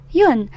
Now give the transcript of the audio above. yun